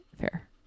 Fair